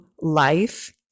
life